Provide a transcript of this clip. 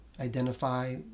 identify